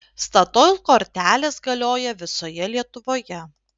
statoil kortelės galioja visoje lietuvoje